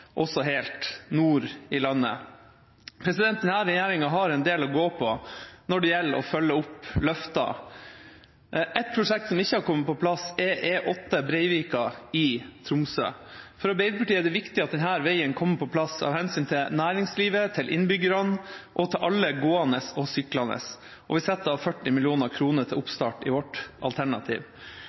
også helt nord i landet. Denne regjeringa har en del å gå på når det gjelder å følge opp løfter. Et prosjekt som ikke har kommet på plass, er E8 i Breivika i Tromsø. For Arbeiderpartiet er det viktig at denne veien kommer på plass av hensyn til næringslivet, innbyggerne og alle gående og syklende. Vi setter av 40 mill. kr til oppstart i vårt